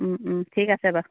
ঠিক আছে বাৰু